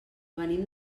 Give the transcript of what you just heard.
venim